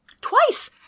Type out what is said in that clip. Twice